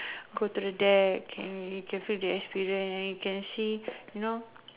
go to the deck and you can feel the experience and you can see you know